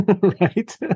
Right